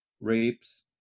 rapes